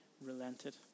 relented